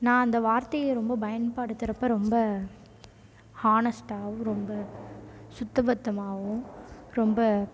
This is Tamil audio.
நான் அந்த வார்த்தையை ரொம்ப பயன்படுத்துறப்போ ரொம்ப ஹானஸ்ட்டாகவும் ரொம்ப சுத்தபத்தமாகவும் ரொம்ப